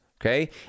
okay